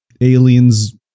aliens